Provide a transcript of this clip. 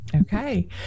okay